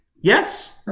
yes